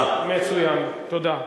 מצוין, תודה.